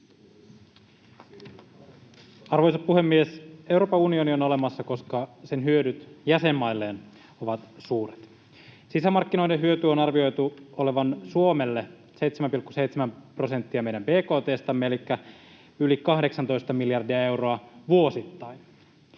Arvoisa puhemies! Euroopan unioni on olemassa, koska sen hyödyt jäsenmailleen ovat suuret. Sisämarkkinoiden hyödyn on arvioitu olevan Suomelle 7,7 prosenttia meidän bkt:stamme elikkä yli 18 miljardia euroa vuosittain.